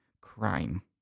crime